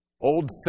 old